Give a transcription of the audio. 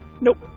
nope